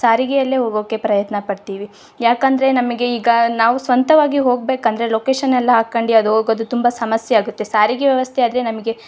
ಸಾರಿಗೆಯಲ್ಲೇ ಹೋಗೋಕ್ಕೆ ಪ್ರಯತ್ನ ಪಡ್ತೀವಿ ಯಾಕಂದರೆ ನಮಗೆ ಈಗ ನಾವು ಸ್ವಂತವಾಗಿ ಹೋಗ್ಬೇಕು ಅಂದರೆ ಲೊಕೇಶನೆಲ್ಲ ಹಾಕೊಂಡು ಅದು ಹೋಗೋದು ತುಂಬ ಸಮಸ್ಯೆ ಆಗುತ್ತೆ ಸಾರಿಗೆ ವ್ಯವಸ್ಥೆ ಆದರೆ ನಮಗೆ